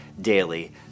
daily